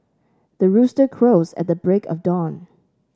the rooster crows at the break of dawn